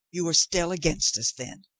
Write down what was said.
you are still against us, then?